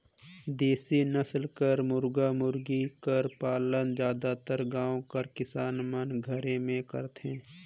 देसी नसल कर मुरगा मुरगी कर पालन जादातर गाँव कर किसान मन घरे में करथे